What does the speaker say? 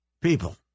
people